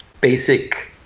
basic